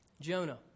Jonah